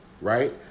right